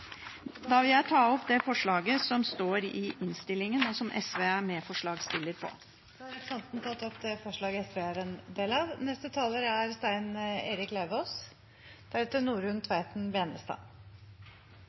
Da vil jeg ta opp forslaget som står i innstillingen, og som SV er medforslagsstiller til. Da har representanten Karin Andersen tatt opp det